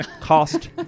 cost